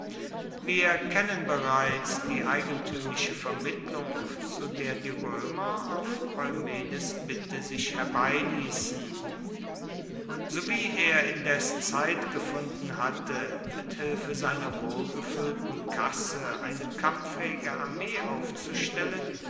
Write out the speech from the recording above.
wir kennen bereits die eigentümliche vermittlung zu der die römer auf eumenes bitte sich herbeiließen sowie er indes zeit gefunden hatte mit hilfe seiner wohlgefüllten kasse eine kampffähige armee aufzustellen